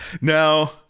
Now